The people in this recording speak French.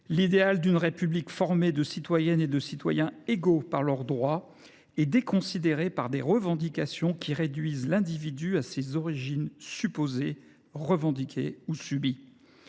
L’idéal d’une République formée de citoyennes et de citoyens égaux par leurs droits est déconsidéré par des revendications qui réduisent l’individu à ses origines supposées, revendiquées ou subies.